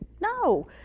no